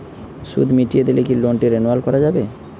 সুদ মিটিয়ে দিলে কি লোনটি রেনুয়াল করাযাবে?